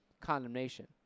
condemnation